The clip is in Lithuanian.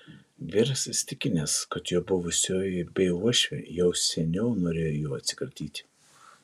vyras įsitikinęs kad jo buvusioji bei uošvė jau seniau norėjo jo atsikratyti